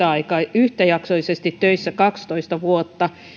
yhtäjaksoisesti töissä kaksitoista vuotta